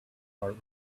heart